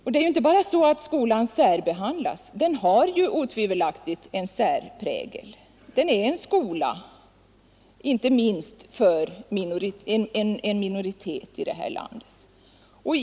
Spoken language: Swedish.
Samernas folkhögskola har utan tvivel en särprägel och är inte minst en skola för en minoritet här i landet.